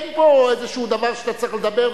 אין פה איזה דבר שאתה צריך לדבר,